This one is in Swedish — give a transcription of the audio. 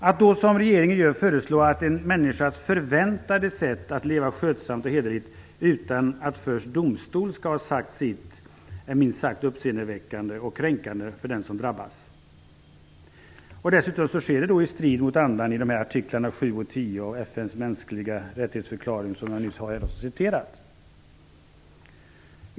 Att då, som regeringen gör, föreslå att en människa skall förväntas leva skötsamt och hederligt utan att domstol först skall ha sagt sitt är minst sagt uppseendeväckande och kränkande för den som drabbas. Dessutom strider det mot andan i artiklarna 7 och 10 i FN:s förklaring om mänskliga rättigheter som jag nyss citerade.